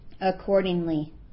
accordingly